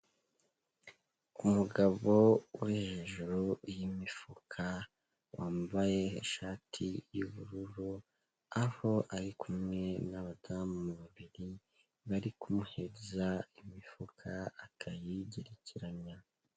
Umugabo uri hejuru y'imifuka, wambaye ishati y'ubururu, aho ari kumwe n'abadamu babiri bari kumuhereza imifuka akayigerekeranya.